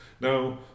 Now